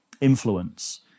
influence